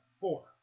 four